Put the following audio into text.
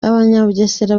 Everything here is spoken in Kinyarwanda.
abanyabugesera